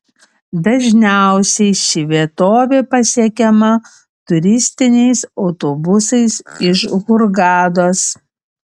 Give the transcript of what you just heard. dažniausiai ši vietovė pasiekiama turistiniais autobusais iš hurgados